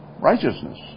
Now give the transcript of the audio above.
righteousness